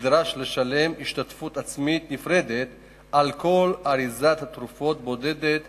נדרש לשלם השתתפות עצמית נפרדת על כל אריזת תרופות בודדת